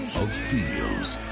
of feels.